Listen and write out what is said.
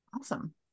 awesome